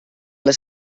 les